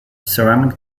ceramic